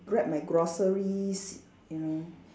grab my groceries you know